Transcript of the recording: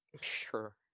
Sure